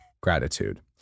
Gratitude